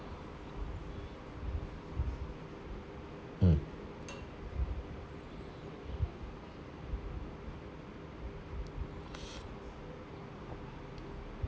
mm